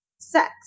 sex